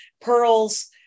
pearls